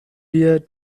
wir